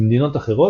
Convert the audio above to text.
במדינות אחרות,